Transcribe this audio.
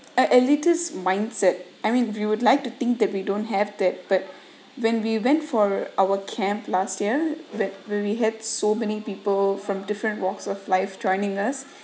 an elitist mindset I mean we would like to think that we don't have that but when we went for our camp last year where where we had so many people from different walks of life joining us